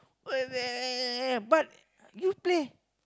but you play